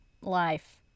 life